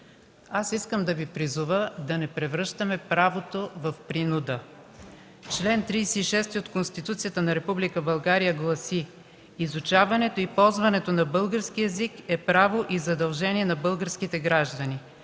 Аз искам да Ви призова да не превръщаме правото в принуда. Член 36 от Конституцията на Република България гласи: „Чл. 36. (1) Изучаването и ползването на българския език е право и задължение на българските граждани.